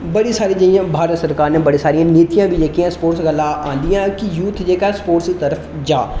बड़ी सारियां जेह्ड़ियां भारत सरकार नै बड़ी सारियां नीतियां बी जेहकियां स्पोर्ट्स गल्लां आंदियां कि यूथ जेहका स्पोर्ट्स दी तरफ जा